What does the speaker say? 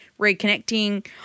reconnecting